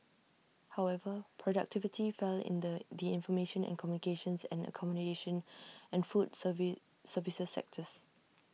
however productivity fell in the the information and communications and accommodation and food service services sectors